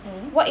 mm